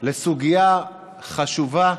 לסוגיה חשובה,